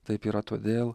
taip yra todėl